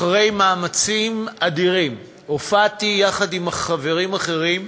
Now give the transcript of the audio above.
אחרי מאמצים אדירים, הופעתי יחד עם חברים אחרים,